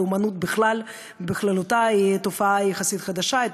לאומנות בכלל היא תופעה חדשה יחסית,